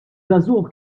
żagħżugħ